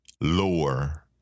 lower